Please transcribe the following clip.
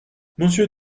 monsieur